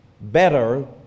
better